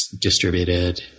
distributed